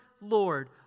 Lord